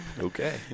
okay